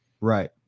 Right